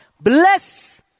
Bless